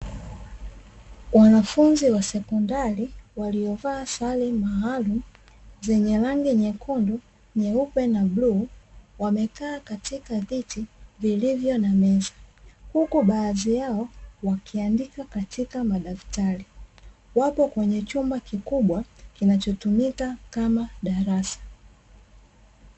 Wanafunzi wa sekondari waliovaa sare maalumu zenye rangi nyekundu, nyeupe na bluu wamekaa katika viti vilivyo na meza, huku baadhi yao wakiandika katika madaftari, wapo kwenye chumba kikubwa kinachotumika kama darasa.